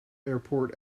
airport